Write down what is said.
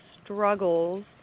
struggles